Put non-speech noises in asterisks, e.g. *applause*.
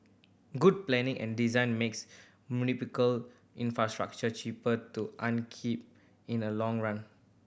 good planning and design makes *unintelligible* infrastructure cheaper to upkeep in the long run